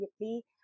immediately